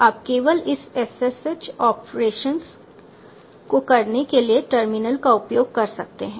आप केवल इस SSH ऑपरेशन को करने के लिए टर्मिनल का उपयोग कर सकते हैं